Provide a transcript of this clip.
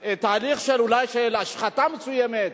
תהליך, אולי, של השחתה מסוימת,